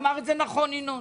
ואמר את זה נכון ינון,